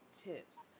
tips